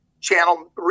channel